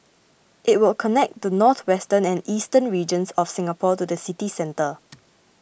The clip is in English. it will connect the northwestern and eastern regions of Singapore to the city centre